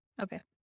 okay